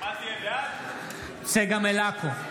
צגה מלקו,